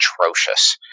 atrocious